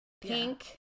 Pink